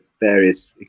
various